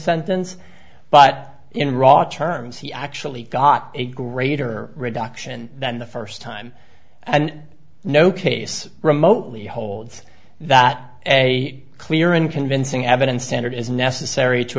sentence but in rock terms he actually got a greater reduction than the first time and no case remotely holds that a clear and convincing evidence standard is necessary to